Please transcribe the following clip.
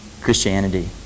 Christianity